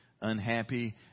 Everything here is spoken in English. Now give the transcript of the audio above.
unhappy